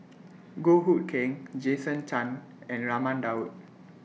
Goh Hood Keng Jason Chan and Raman Daud